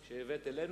היא מאבדת,